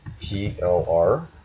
PLR